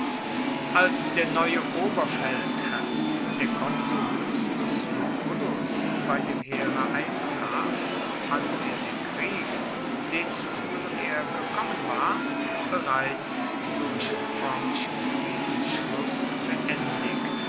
als der neue oberfeldherr der konsul lucius lucullus bei dem heere eintraf fand er den krieg den zu führen er gekommen war bereits durch förmlichen friedensschluß beendigt